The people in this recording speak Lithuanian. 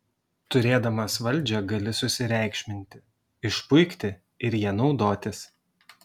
turėdamas valdžią gali susireikšminti išpuikti ir ja naudotis